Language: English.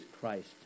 Christ